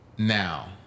Now